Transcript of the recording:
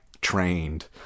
trained